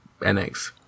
NX